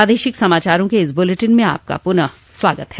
प्रादेशिक समाचारों के इस बुलेटिन में आपका फिर से स्वागत है